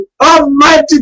Almighty